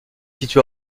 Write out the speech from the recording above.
situé